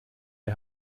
der